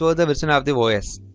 so the person of the voice